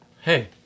Hey